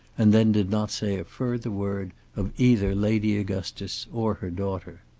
and then did not say a further word of either lady augustus or her daughter.